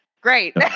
Great